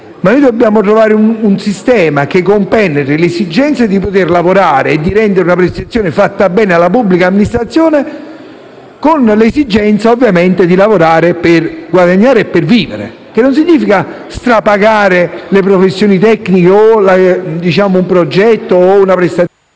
legali. Dobbiamo trovare un sistema, che contemperi l'esigenza di poter lavorare e di rendere una prestazione fatta bene alla pubblica amministrazione, con la necessità di lavorare per guadagnare e per vivere. Ciò significa non strapagare le professioni tecniche, un progetto o qualsiasi